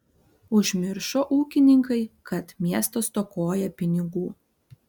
užmiršo ūkininkai kad miestas stokoja pinigų